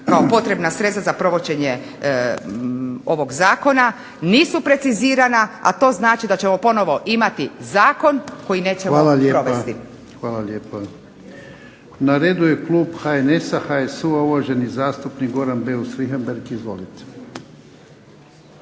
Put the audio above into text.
kao potrebna sredstva za provođenje ovog zakona nisu precizirana, a to znači da ćemo ponovo imati zakon koji nećemo provesti. **Jarnjak, Ivan (HDZ)** Hvala lijepa. Na redu je klub HNS-a, HSU-a, uvaženi zastupnik Goran Beus Richembergh. Izvolite.